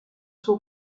suo